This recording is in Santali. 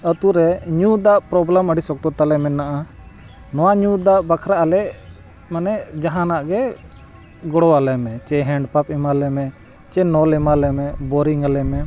ᱟᱛᱳ ᱨᱮ ᱧᱩ ᱫᱟᱜ ᱯᱨᱳᱵᱞᱮᱢ ᱟᱹᱰᱤ ᱥᱚᱠᱛᱚ ᱛᱟᱞᱮ ᱢᱮᱱᱟᱜᱼᱟ ᱱᱚᱣᱟ ᱧᱩ ᱫᱟᱜ ᱵᱟᱠᱷᱨᱟ ᱟᱞᱮ ᱢᱟᱱᱮ ᱡᱟᱦᱟᱱᱟᱜ ᱜᱮ ᱜᱚᱲᱚᱣᱟᱞᱮ ᱢᱮ ᱡᱮ ᱦᱮᱱᱰ ᱯᱟᱢᱯ ᱮᱢᱟ ᱞᱮᱢᱮ ᱥᱮ ᱱᱚᱞ ᱮᱢᱟ ᱞᱮᱢᱮ ᱵᱚᱨᱤᱝ ᱟᱞᱮ ᱢᱮ